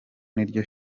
niryo